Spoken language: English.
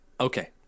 okay